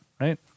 right